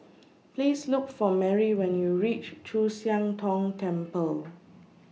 Please Look For Merrie when YOU REACH Chu Siang Tong Temple